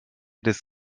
des